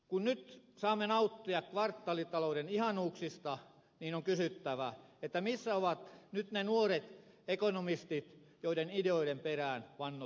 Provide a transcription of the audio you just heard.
kun nyt saamme nauttia kvartaalitalouden ihanuuksista niin on kysyttävä missä ovat nyt ne nuoret ekonomistit joiden ideoiden perään vannottiin